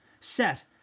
set